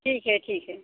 ठीक है ठीक है